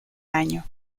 año